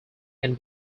can